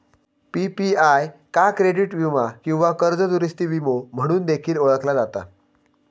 PPI का credit वीमा किंवा कर्ज दुरूस्ती विमो म्हणून देखील ओळखला जाता